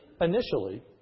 initially